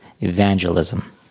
evangelism